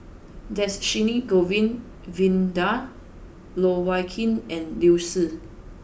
Dhershini Govin Winodan Loh Wai Kiew and Liu Si